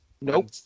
Nope